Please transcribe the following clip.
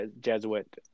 Jesuit